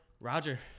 Roger